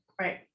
right